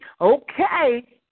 Okay